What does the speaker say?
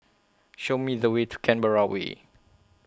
Show Me The Way to Canberra Way